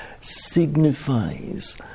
signifies